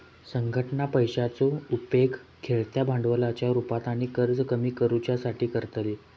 संघटना पैशाचो उपेग खेळत्या भांडवलाच्या रुपात आणि कर्ज कमी करुच्यासाठी करतली